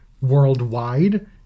worldwide